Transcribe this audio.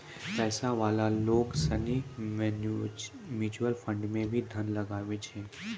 पैसा वाला लोग सनी म्यूचुअल फंड मे भी धन लगवै छै